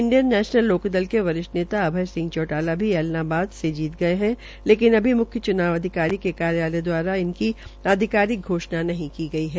Indian National Lok Dal के वरिष्ठ नेता अभय सिंह चौटाला भी ऐलनाबाद से जीत गये है लेकिन अभी मुख्य च्नाव अधिकारी के कार्यलय द्वारा इसकी अधिकारिक घोषणा नहीं की गई है